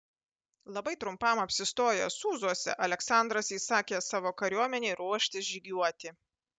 labai trumpam apsistojęs sūzuose aleksandras įsakė savo kariuomenei ruoštis žygiuoti